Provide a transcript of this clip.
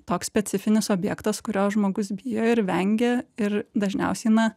toks specifinis objektas kurio žmogus bijo ir vengia ir dažniausiai na